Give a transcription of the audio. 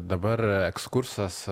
dabar ekskursas